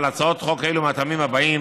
"על הצעות חוק אלו מהטעמים הבאים: